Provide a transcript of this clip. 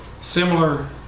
similar